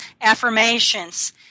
affirmations